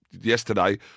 yesterday